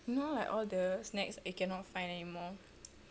you know like all the snacks that you cannot find anymore